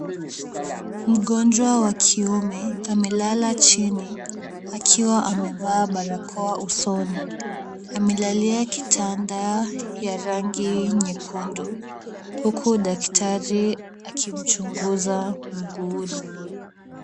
Mgonjwa wa kiume amelala chini, akiwa amevaa barakoa usoni. Amelalia kitanda ya rangi nyekundu, huku daktari akimchunguza mguuni.